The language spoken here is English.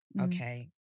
Okay